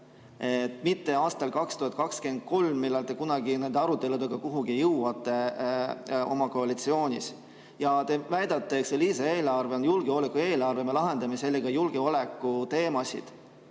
mitte aastal 2023, mil te kunagi nende aruteludega kuhugi jõuate oma koalitsioonis. Te väidate, et see lisaeelarve on julgeolekueelarve, me lahendame sellega julgeolekuteemasid.